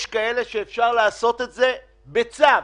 יש כאלה שאפשר לעשות את זה בצו.